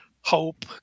hope